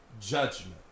judgment